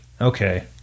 okay